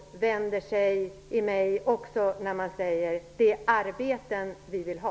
Det vänder sig i mig också när man säger riktiga jobb, det är arbeten vi vill ha.